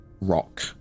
rock